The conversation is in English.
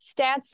stats